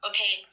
Okay